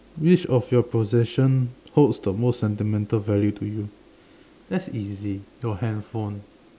which of your possession holds the most sentimental value to you that's easy your handphone